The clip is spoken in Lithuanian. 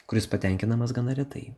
kuris patenkinamas gana retai